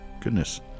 goodness